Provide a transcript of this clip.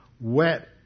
wet